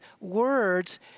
words